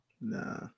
Nah